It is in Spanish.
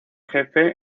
jefe